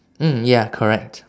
mm ya correct